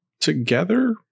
together